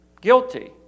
guilty